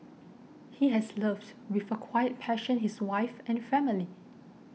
he has loved with a quiet passion his wife and family